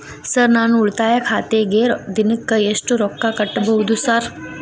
Sir ನಾನು ಉಳಿತಾಯ ಖಾತೆಗೆ ದಿನಕ್ಕ ಎಷ್ಟು ರೊಕ್ಕಾ ಕಟ್ಟುಬಹುದು ಸರ್?